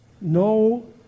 No